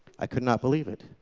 i could not believe it.